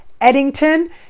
Eddington